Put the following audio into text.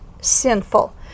sinful